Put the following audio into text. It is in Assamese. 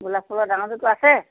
গোলাপ ফুলাৰ ডাঙৰটো আছে